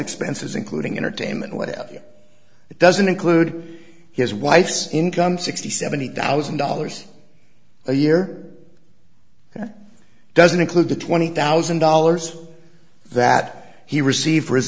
expenses including entertainment whatever it doesn't include his wife's income sixty seventy thousand dollars a year that doesn't include the twenty thousand dollars that he received for his